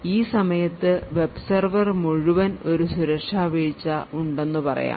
ഈ സമയത്തു web server മുഴുവൻ ഒരു സുരക്ഷാവീഴ്ച ഉണ്ടെന്നു പറയാം